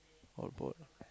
all bald